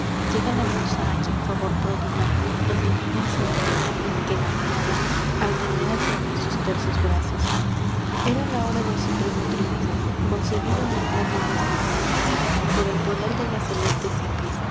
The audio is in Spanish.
llega la musa a quien favor prodiga el divino sminteo que mi amada al tender hacia mí sus tersos brazos era la hora del supremo triunfo concedido a mis lágrimas y ofrendas por el poder de la celeste cipris y era